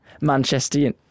Manchester